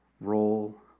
role